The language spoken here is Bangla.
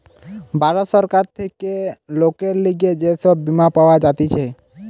ভারত সরকার থেকে লোকের লিগে যে সব বীমা পাওয়া যাতিছে